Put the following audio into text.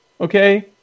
Okay